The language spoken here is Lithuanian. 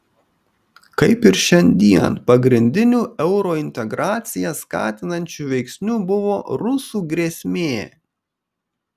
kaip ir šiandien pagrindiniu eurointegraciją skatinančiu veiksniu buvo rusų grėsmė